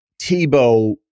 Tebow